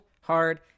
hard